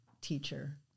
teacher